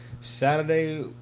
Saturday